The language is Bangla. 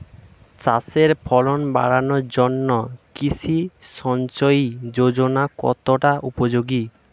চাষের ফলন বাড়ানোর জন্য কৃষি সিঞ্চয়ী যোজনা কতটা উপযোগী?